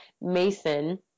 Mason